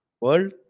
world